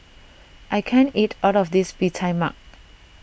I can't eat all of this Bee Tai Mak